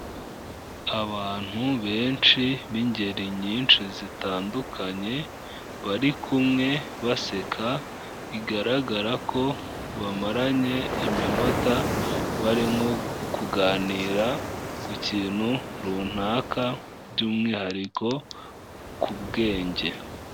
Abantu benshi b'ingeri nyinshi zitandukanye, bari kumwe baseka, bigaragara ko bamaranye iminota, bari nko kuganira ku kintu runaka by'umwihariko ku bwenge.